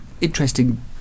interesting